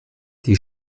die